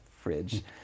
fridge